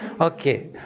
okay